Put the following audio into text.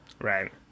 Right